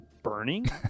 burning